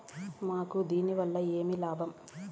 మాకు దీనివల్ల ఏమి లాభం